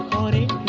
twenty